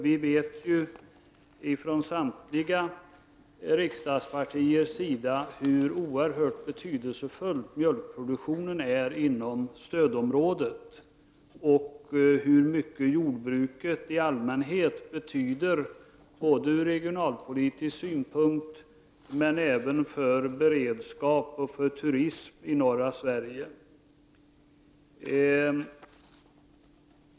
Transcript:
Vi vet ju, och det gäller samtliga partier, hur oerhört betydelsefull mjölkproduktionen är inom stödområdet och hur mycket jordbruket i allmänhet betyder ur regionalpolitisk synpunkt men också för beredskapen och turismen i norra Sverige.